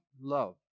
love